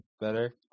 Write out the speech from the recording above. better